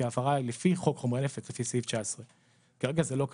כי ההפרה היא לפי חוק חומרי נפץ לפי סעיף 19. כרגע זה לא קיים.